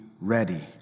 ready